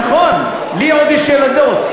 נכון, לי עוד יש ילדות.